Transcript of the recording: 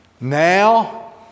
Now